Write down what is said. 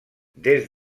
des